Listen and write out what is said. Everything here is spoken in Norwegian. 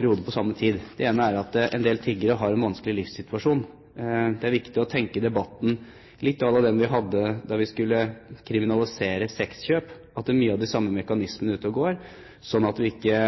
hodet på samme tid. Det ene er at en del tiggere har en vanskelig livssituasjon. Det er viktig å tenke på debatten litt som den vi hadde da vi skulle kriminalisere sexkjøp – mange av de samme mekanismene er ute og går – slik at vi ikke